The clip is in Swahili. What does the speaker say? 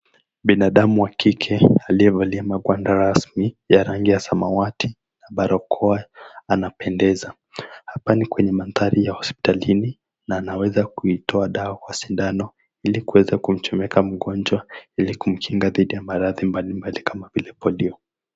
Binadamu wa kike aliyevalia magwanda rasmi ya rangi ya samawati, barakoa, anapendeza. Hapa ni kwenye mandhari ya hospitalini na anaweza kuitoa dawa kwa sindano ili kuweza kumchomeka mgonjwa ili kumkinga dhidi ya maradhi mbalimbali kama vile polio.